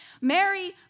Mary